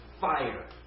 fire